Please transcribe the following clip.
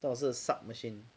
都还是 sub machine